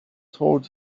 told